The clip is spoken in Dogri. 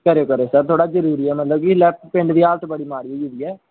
करेओ करेओ सर ऐल्लै जरूरी ऐ की मतलब पिंड दी हालत बड़ी माड़ी होई गेदी ऐ